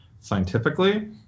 scientifically